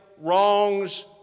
wrongs